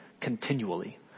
continually